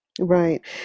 Right